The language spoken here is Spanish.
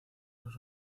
los